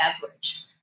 beverage